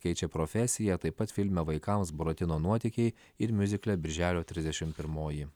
keičia profesiją taip pat filme vaikams buratino nuotykiai ir miuzikle birželio trisdešim pirmoji